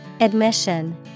Admission